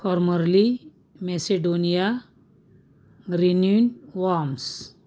formerly Macedonia ग्रिन्यन worms